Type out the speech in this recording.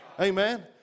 Amen